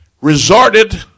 resorted